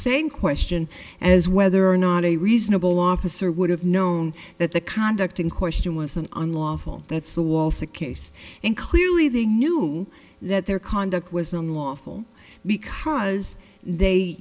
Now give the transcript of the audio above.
same question as whether or not a reasonable officer would have known that the conduct in question was an unlawful that's the waltz a case and clearly they knew that their conduct was unlawful because they